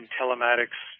telematics